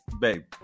babe